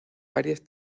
varias